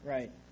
Right